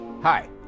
Hi